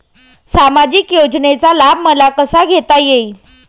सामाजिक योजनेचा लाभ मला कसा घेता येईल?